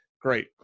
great